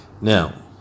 Now